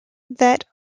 that